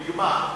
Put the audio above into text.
נגמר.